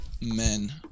men